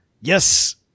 Yes